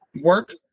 work